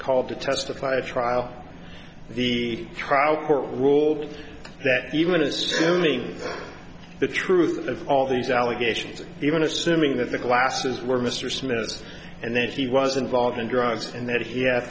called to testify at trial the trial court ruled that even assuming the truth of all these allegations even assuming that the glasses were mr smith and then he was involved in drugs and that he had